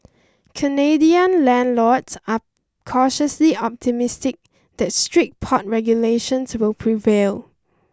Canadian landlords are cautiously optimistic that strict pot regulations will prevail